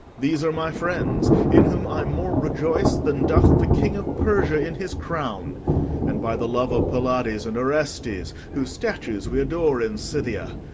these are my friends, in whom i more rejoice than doth the king of persia in his crown and, by the love of pylades and orestes, whose statues we adore in scythia,